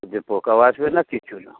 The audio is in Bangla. যে পোকাও আসবে না কিছু না